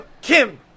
Kim